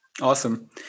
Awesome